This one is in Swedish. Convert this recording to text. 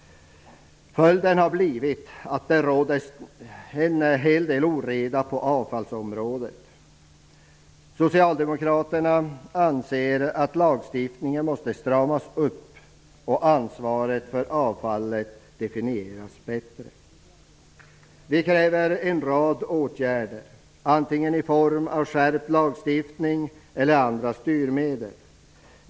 Följden har blivit att det råder en hel del oreda på avfallsområdet. Socialdemokraterna anser att lagstiftningen måste stramas åt och ansvaret för avfallet definieras bättre. Vi kräver en rad åtgärder antingen i form av skärpt lagstiftning eller andra styrmedel.